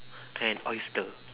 than oyster